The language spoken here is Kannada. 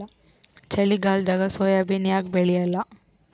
ಚಳಿಗಾಲದಾಗ ಸೋಯಾಬಿನ ಯಾಕ ಬೆಳ್ಯಾಲ?